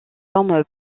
forme